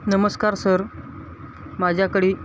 नमस्कार सर माझ्याकडे